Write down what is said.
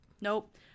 Nope